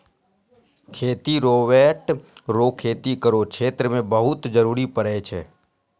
खेती रोवेट रो खेती करो क्षेत्र मे बहुते जरुरी पड़ै छै